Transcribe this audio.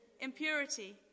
impurity